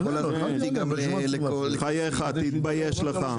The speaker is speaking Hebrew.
תתבייש לך.